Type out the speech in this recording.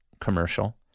commercial